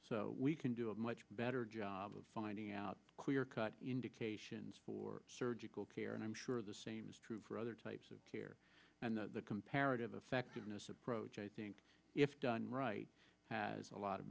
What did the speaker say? so we can do a much better job of finding out clearcut indications for surgical care and i'm sure the same is true for other types of care and the comparative effectiveness approach i think if done right has a lot of